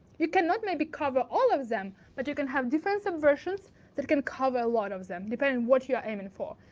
you cannot maybe cover all of them, but you can have different sub-versions that can cover a lot of them depending what you are aiming for.